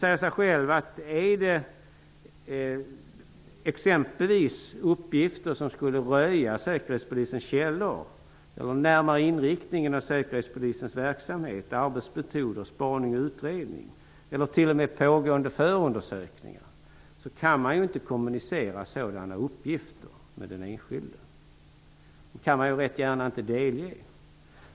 Är det uppgifter som exempelvis skulle röja Säkerhetspolisens källor, den närmare inriktningen av Säkerhetspolisens verksamhet, arbetsmetoder, spaning och utredning eller t.o.m. pågående förundersökningar kan man ju inte gärna kommunicera dem till den enskilde - det säger sig självt.